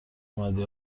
اومدی